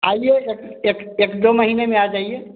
आइए एक एक दो महीने में आ जाइए